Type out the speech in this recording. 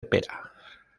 pera